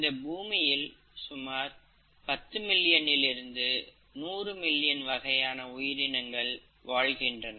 இந்த பூமியில் சுமார் 10 மில்லியன் இலிருந்து 100 மில்லியன் வகையான உயிரினங்கள் வாழ்கின்றன